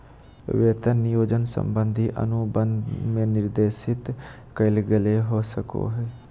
वेतन नियोजन संबंधी अनुबंध में निर्देशित कइल गेल हो सको हइ